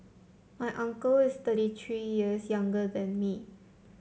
my uncle is thirty three years younger than me